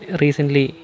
recently